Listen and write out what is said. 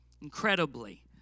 Incredibly